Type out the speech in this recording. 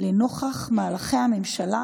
נוכח מהלכי הממשלה,